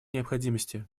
необходимости